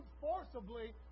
forcibly